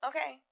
Okay